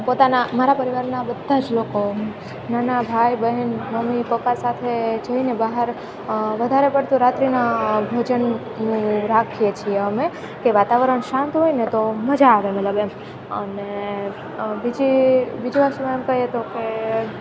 પોતાના મારા પરિવારના બધા જ લોકો નાના ભાઈ બહેન મમ્મી પપ્પા સાથે જઈને બહાર વધારે પડતું રાત્રીના ભોજનનું રાખીએ છીએ અમે કે વાતાવરણ શાંત હોયને મજા આવે મતલબ એમ અને બીજી બીજી વસ્તુ એમ કહીએ તોકે